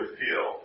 feel